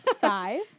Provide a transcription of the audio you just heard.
five